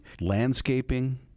landscaping